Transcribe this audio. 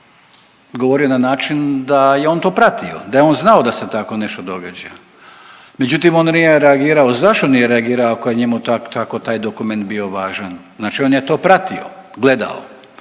govorio na način da je on to pratio, da je on znao da se tako nešto događa, međutim on nije reagirao, zašto nije reagirao ako je njemu tako taj dokument bio važan. Znači on je to pratio, gledao.